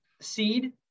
seed